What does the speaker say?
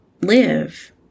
live